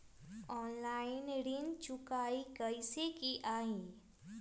Online ऋण चुकाई कईसे की ञाई?